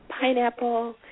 pineapple